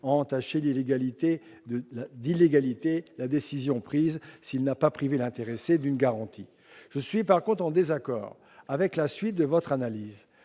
entacher d'illégalité la décision prise s'il n'a pas privé l'intéressé d'une garantie. Je suis en désaccord, en revanche, avec la suite de votre analyse.